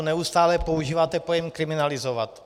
Neustále používáte pojem kriminalizovat.